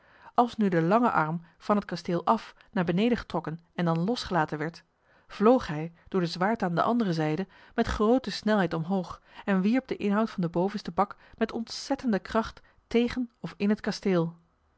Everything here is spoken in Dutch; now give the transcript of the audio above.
als nu de lange arm van het kasteel af naar beneden getrokken en dan losgelaten werd vloog hij door de zwaarte aan de andere zijde met groote snelheid omhoog en wierp den inhoud van den bovensten bak met ontzettende kracht tegen of in het kasteel